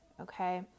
okay